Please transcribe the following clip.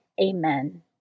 Amen